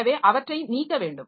எனவே அவற்றை நீக்க வேண்டும்